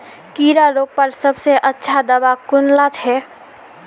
कीड़ा रोकवार सबसे अच्छा दाबा कुनला छे?